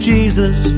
Jesus